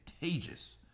contagious